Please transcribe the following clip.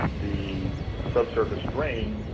the subsurface drains,